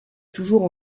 toujours